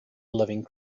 living